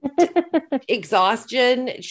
exhaustion